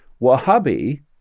Wahhabi